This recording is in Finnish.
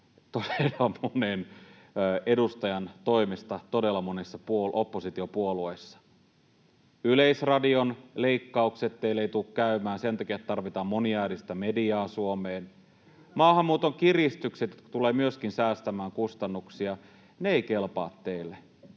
todella monen edustajan toimesta, todella monessa oppositiopuolueessa. Yleisradion leikkaukset eivät teille tule käymään sen takia, että tarvitaan moniäänistä mediaa Suomeen. Myöskin maahanmuuton kiristykset tulevat säästämään kustannuksia, ne eivät kelpaa teille.